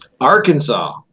Arkansas